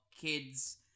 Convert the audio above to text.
kids